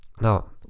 Now